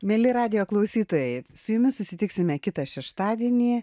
mieli radijo klausytojai su jumis susitiksime kitą šeštadienį